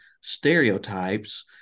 stereotypes